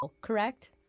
correct